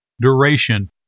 duration